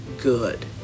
good